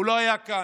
הוא לא היה כאן,